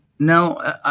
No